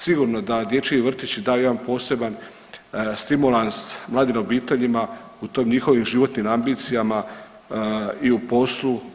Sigurno da dječji vrtići daju jedan poseban stimulans mladim obiteljima u tim njihovim životnim ambicijama i u poslu.